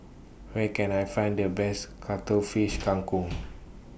Where Can I Find The Best Cuttlefish Kang Kong